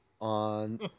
on